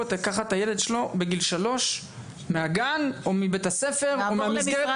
לקחת את הילד שלו בגיל 3 מהגן או מבית הספר מהמסגרת,